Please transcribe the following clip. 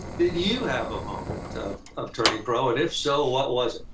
did you have a moment of of turning pro? and if so, what was